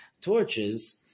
torches